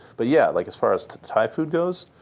but yeah, like as far as thai food goes,